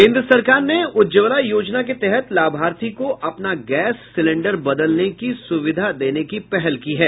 केन्द्र सरकार ने उज्जवला योजना के तहत लाभार्थी को अपना गैस सिलेंडर बदलने की सुविधा देने की पहल की है